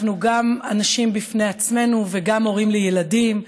אנחנו גם אנשים בפני עצמנו וגם הורים לילדים,